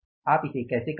आप इसे कैसे करेंगे